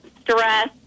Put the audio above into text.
stress